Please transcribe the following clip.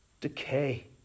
decay